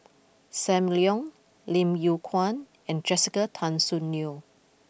Sam Leong Lim Yew Kuan and Jessica Tan Soon Neo